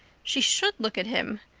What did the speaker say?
she should look at him,